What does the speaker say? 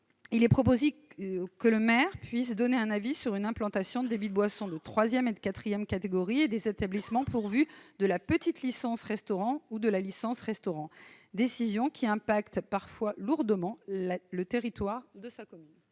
il est proposé que le maire puisse donner un avis sur une implantation débits de boisson, de 3ème et de 4ème, catégorie et des établissements pourvu de la petite licence restaurant ou de la licence restaurant, décision qui impacte parfois lourdement la le territoire de ça quoi.